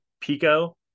pico